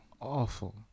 Awful